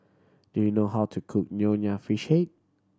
do you know how to cook Nonya Fish Head